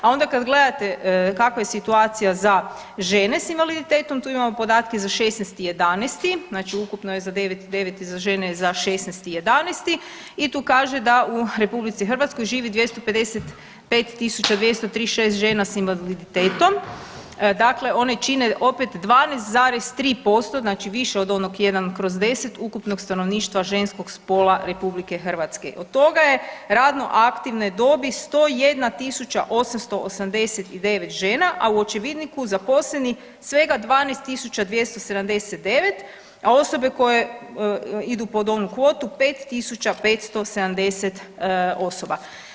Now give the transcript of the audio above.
A onda kada gledate kakva je situacija za žene s invaliditetom tu imamo podatke za 16.11., znači ukupno je za 9.9., za žene za 16.11. i tu kaže da u RH živi 255.236 žena s invaliditetom, dakle one čine opet 12,3% znači više od onog 1/10 ukupnog stanovništva ženskog spola RH, od toga je radno aktivne dobi 101.889 žena, a u očevidniku zaposleni svega 12.279, a osobe koje idu pod onu kvotu 5.570 osoba.